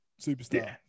superstar